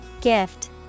Gift